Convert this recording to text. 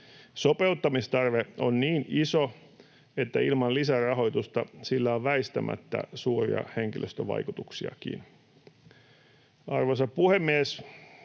Sopeuttamistarve on niin iso, että ilman lisärahoitusta sillä on väistämättä suuria henkilöstövaikutuksiakin. Arvoisa puhemies!